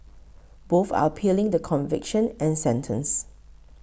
both are appealing the conviction and sentence